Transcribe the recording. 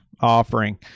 offering